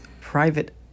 private